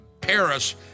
Paris